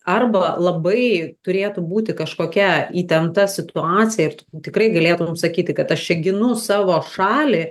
arba labai turėtų būti kažkokia įtempta situacija ir tu tikrai galėtum sakyti kad aš čia ginu savo šalį